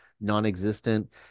non-existent